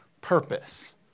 purpose